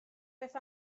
beth